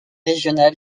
régional